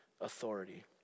authority